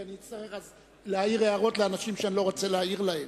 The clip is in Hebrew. כי אני אצטרך להעיר הערות לאנשים שאני לא רוצה להעיר להם.